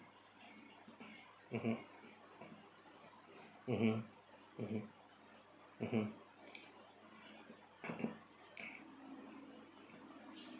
mmhmm mmhmm mmhmm mmhmm